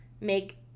make